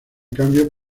cambio